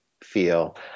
feel